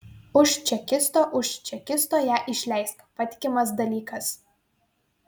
už čekisto už čekisto ją išleisk patikimas dalykas